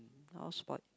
not all spoiled